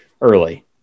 early